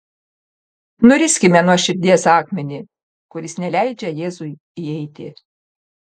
nuriskime nuo širdies akmenį kuris neleidžia jėzui įeiti